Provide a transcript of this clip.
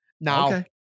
Now